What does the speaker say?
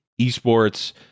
esports